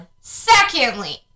Secondly